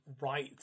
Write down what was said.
right